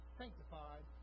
sanctified